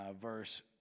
verse